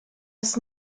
das